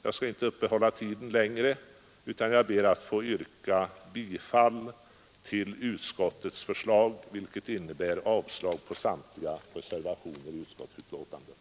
Jag skall inte uppta tiden längre utan ber att få yrka bifall till utskottets hemställan, som innebär avslag på samtliga reservationer vid utskottsbetänkandet.